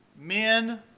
men